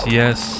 yes